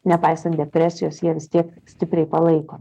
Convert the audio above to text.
nepaisant depresijos jie vis tiek stipriai palaikomi